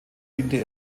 diente